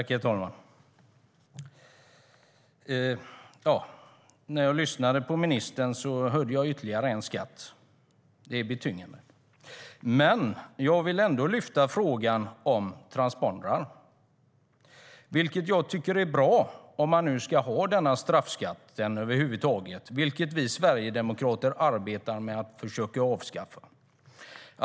Herr talman! När jag lyssnade på ministern hörde jag om ytterligare en skatt. Det är betungande. Jag vill ta upp frågan om transpondrar, som jag tycker är bra om man nu ska ha denna straffskatt över huvud taget. Vi sverigedemokrater arbetar dock med att försöka avskaffa den.